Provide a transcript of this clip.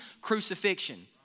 crucifixion